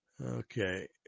Okay